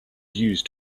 used